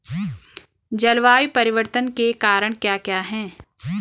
जलवायु परिवर्तन के कारण क्या क्या हैं?